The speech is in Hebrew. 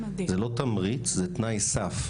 זה לא תמריץ, זה תנאי סף.